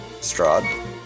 Strad